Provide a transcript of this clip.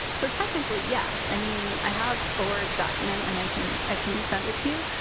so, technically, yes. i mean, i have a word document and i can i can send it to you.